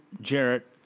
Jarrett